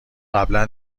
قبلا